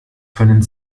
können